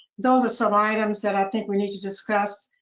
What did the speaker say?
those are some items that i think we need to discuss,